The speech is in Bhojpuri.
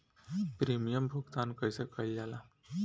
प्रीमियम भुगतान कइसे कइल जाला?